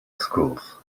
schools